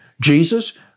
Jesus